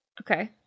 Okay